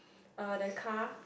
uh the car